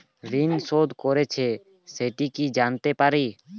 ঋণ শোধ করেছে সেটা কি জানতে পারি?